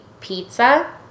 pizza